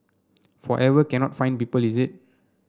forever cannot find people is it